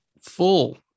full